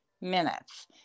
minutes